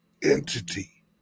entity